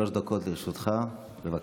שלוש דקות לרשותך, בבקשה.